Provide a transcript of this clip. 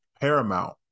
paramount